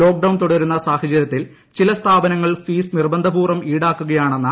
lockdown തുടരുന്ന സാഹചര്യത്തിൽ ചില സ്ഥാപനങ്ങൾ ഫീസ് നിർബന്ധപൂർവം ഈടാക്കുകയാണെന്ന എ